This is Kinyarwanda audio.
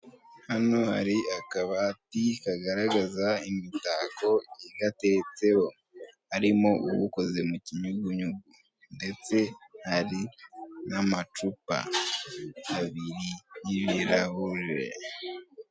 Hano hari akabati kagaragaza imitako igateretseho, harimo ukoze mu kinyugunyugu ndetse hari n'amacupa abiri n'ibirahure.